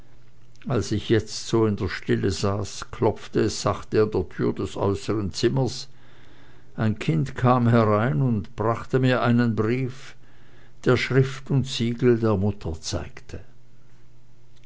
als ich jetzt so in der stille saß klopfte es sachte an der türe des äußeren zimmers ein kind kam herein und brachte mir einen brief der schrift und siegel der mutter zeigte